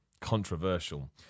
controversial